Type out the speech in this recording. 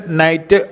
night